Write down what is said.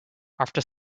after